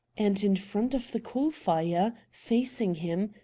and in front of the coal fire, facing him,